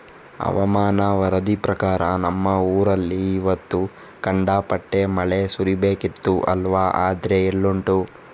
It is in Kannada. ಹವಾಮಾನ ವರದಿ ಪ್ರಕಾರ ನಮ್ಮ ಊರಲ್ಲಿ ಇವತ್ತು ಖಂಡಾಪಟ್ಟೆ ಮಳೆ ಸುರೀಬೇಕಿತ್ತು ಅಲ್ವಾ ಆದ್ರೆ ಎಲ್ಲುಂಟು